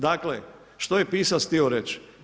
Dakle što je pisac htio reći?